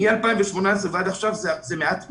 מ-2018 ועד עכשיו זה מעט מאוד.